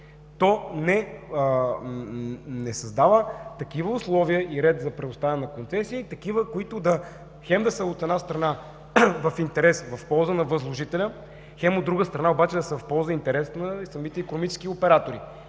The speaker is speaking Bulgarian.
То не създава такива условия и ред за предоставяне на концесии – такива, които хем, от една страна, да са в интерес, в полза на възложителя, хем, от друга страна, да са в полза и интерес на самите икономически оператори,